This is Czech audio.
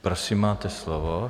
Prosím, máte slovo.